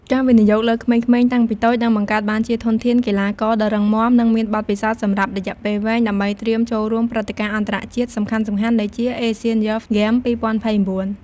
ការវិនិយោគលើក្មេងៗតាំងពីតូច នឹងបង្កើតបានជាធនធានកីឡាករដ៏រឹងមាំ និងមានបទពិសោធន៍សម្រាប់រយៈពេលវែង ដើម្បីត្រៀមចូលរួមព្រឹត្តិការណ៍អន្តរជាតិសំខាន់ៗ ដូចជា Asian Youth Games 2029។